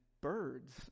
birds